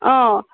ಹಾಂ